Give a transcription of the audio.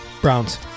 Browns